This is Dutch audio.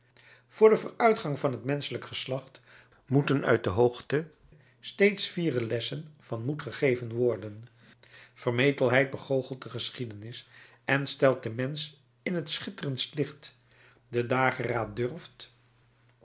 voor den vooruitgang van het menschelijk geslacht moeten uit de hoogte steeds fiere lessen van moed gegeven worden vermetelheid begoochelt de geschiedenis en stelt den mensch in t schitterendst licht de dageraad durft